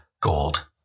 Gold